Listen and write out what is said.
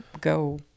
go